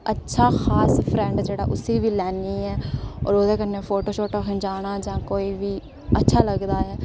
अच्छा खास फ्रैंड जेह्ड़ा उस्सी बी लेन्नी आं ओह्दे कन्नै फोटो शोटो खंचाना जां कोई बी अच्छा लगदा ऐ